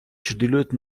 ჩრდილოეთ